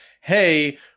hey